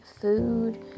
food